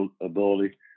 ability